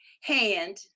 hand